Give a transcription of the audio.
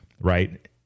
right